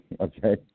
Okay